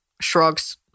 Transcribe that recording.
shrugs